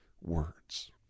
words